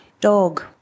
dog